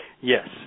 Yes